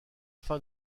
fin